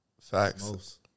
facts